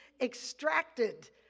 extracted